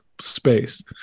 space